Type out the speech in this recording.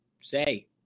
say